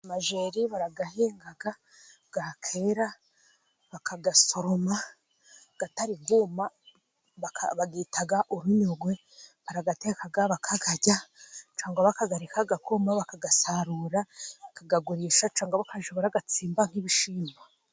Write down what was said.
Amajeri barayahinga, yakwera bakayasoroma atari yuma, bayita uruyogwe. Barayateka, bakayarya cyangwa bakayareka akuma bakayasarura, bakayagurisha cyangwa bakajya bayatsimba nk'ibishyimbo.